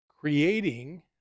creating